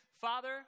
father